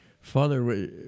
Father